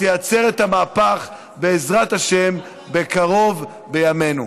שתייצר את המהפך, בעזרת השם, בקרוב בימינו.